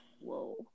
Whoa